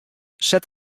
set